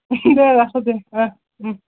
দে ৰাখো দে অঁ